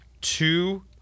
two